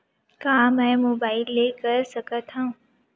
का मै मोबाइल ले कर सकत हव?